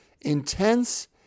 intense